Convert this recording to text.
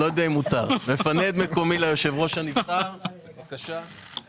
אני מפנה את מקומי ליושב-ראש הנבחר, בבקשה.